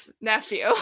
nephew